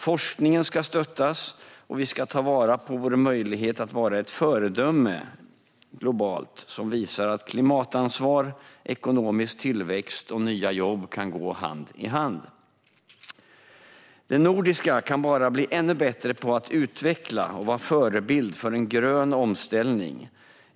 Forskningen ska stöttas, och vi ska ta vara på vår möjlighet att vara ett globalt föredöme och visa att klimatansvar, ekonomisk tillväxt och nya jobb kan gå hand i hand. De nordiska länderna kan bara bli ännu bättre på att utveckla och vara förebilder för en grön omställning.